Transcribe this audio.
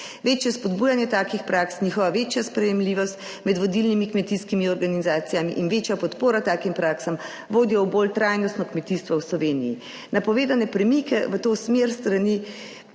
Večje spodbujanje takih praks, njihova večja sprejemljivost med vodilnimi kmetijskimi organizacijami in večjo podporo takim praksam, vodijo v bolj trajnostno kmetijstvo v Sloveniji. Napovedane premike v to smer s strani